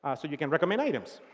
ah so you can recommend items.